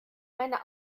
meine